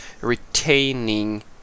retaining